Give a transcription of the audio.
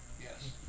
Yes